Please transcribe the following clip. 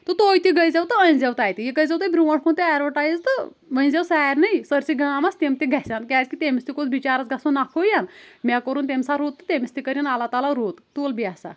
تہٕ تُہۍ تہِ گٔے زِیو تہٕ أنۍ زِیو تتہِ یہِ کٔرۍ زیو تُہۍ برٛونٛٹھ کُن تہِ ایٚڑوَٹایز تہٕ ؤنۍ زیو سارنٕے سٲرسٕے گامس تِم تہِ گژھن کیازِ کہِ تٔمِس تہِ کوٚس بِچارس گژھُن نفہٲین مےٚ کوٚرُن تمہِ ساتہٕ رُت تہٕ تٔمِس تہِ کٔرِنۍ اللہ تعالٰی رُت تُل بیٚہہ سا